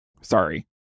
Sorry